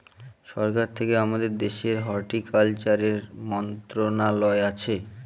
সরকার থেকে আমাদের দেশের হর্টিকালচারের মন্ত্রণালয় আছে